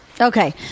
Okay